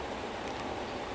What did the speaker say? they did him dirty